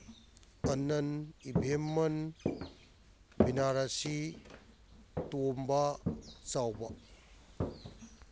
ꯑꯅꯟ ꯏꯕꯦꯝꯍꯟ ꯕꯤꯅꯥꯔꯥꯁꯤ ꯇꯣꯝꯕ ꯆꯥꯎꯕ